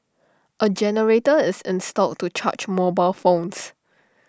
A generator is installed to charge mobile phones